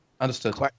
Understood